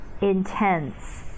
intense